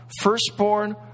firstborn